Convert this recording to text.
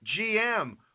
GM